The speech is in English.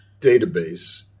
database